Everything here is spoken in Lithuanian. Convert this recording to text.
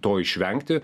to išvengti